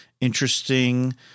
interesting